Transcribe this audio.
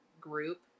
group